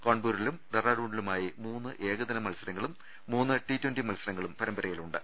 കാൺപൂരിലും ഡെറാഡൂണിലുമായി മൂന്ന് ഏകദിന മത്സ രങ്ങളും മൂന്ന് ടി ട്വന്റി മത്സരങ്ങളും പരമ്പരയിലുണ്ട്